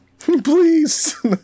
please